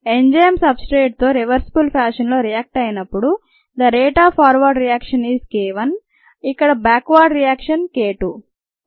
enzyme సబ్స్ర్టేట్తో reversible ఫ్యాషన్లో react అయినప్పుడు the rate of forward reaction is k 1 ఇక్కడ బ్యాక్వర్డ్ రియాక్షన్ k 2